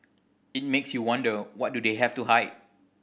it makes you wonder what do they have to hide